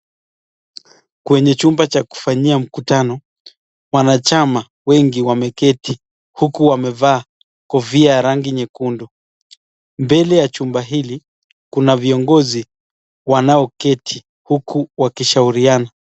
Kwenye chumba cha kufanyia mkutano wanachama wengi wameketi huku wamevaa kofia ya rangi nyekundu. Mbele ya chumba hili kuna viongozi wanaoketi huku wakishauriana.